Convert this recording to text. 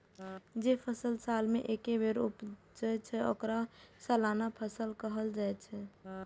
जे फसल साल मे एके बेर उपजै छै, ओकरा सालाना फसल कहल जाइ छै